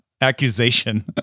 accusation